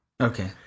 Okay